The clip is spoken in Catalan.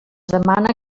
demana